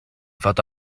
fod